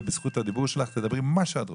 ובזכות הדיבור שלך תאמרי מה שאת רוצה.